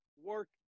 work